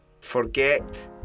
Forget